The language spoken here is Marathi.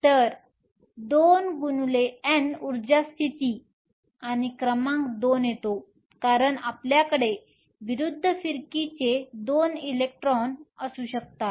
तर 2xN उर्जा स्थिती आणि क्रमांक 2 येतो कारण आपल्याकडे विरुद्ध फिरकीचे 2 इलेक्ट्रॉन असू शकतात